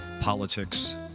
politics